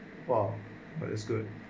!wah! but is good